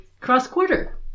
cross-quarter